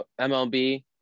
MLB